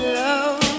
love